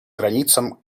границам